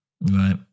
right